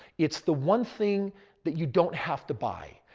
it's the one thing that you don't have to buy.